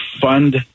fund